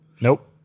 Nope